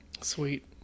Sweet